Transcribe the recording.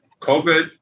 COVID